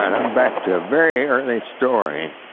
i'm back to very early story,